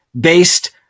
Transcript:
based